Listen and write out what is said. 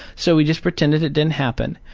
so we just pretended it didn't happen.